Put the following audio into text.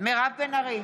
מירב בן ארי,